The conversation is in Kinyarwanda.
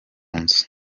nzu